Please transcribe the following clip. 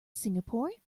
singapore